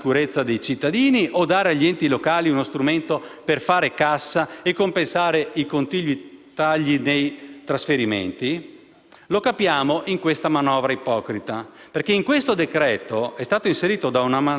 Lo capiamo in questa manovra ipocrita, perché nel decreto-legge è stato inserito da una manina l'articolo 4-*bis* che libera la destinazione d'uso dei soldi rastrellati con le multe, che saranno quindi